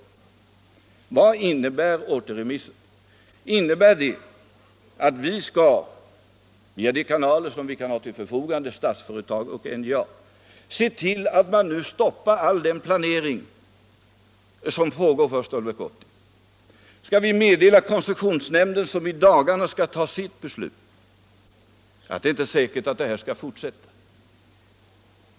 Vad innebär återremissen? Innebär den att vi, via de kanaler vi kan ha till förfogande, dvs. Statsföretag och NJA, skall se till att man stoppar all den planering som pågår för Stålverk 80? Skall vi meddela koncessionsnämnden, som i dagarna skall fatta sitt beslut, att det inte är säkert att projektet skall fortsätta.